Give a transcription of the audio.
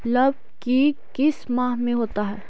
लव की किस माह में होता है?